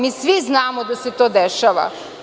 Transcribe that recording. Mi svi znamo da se to dešava.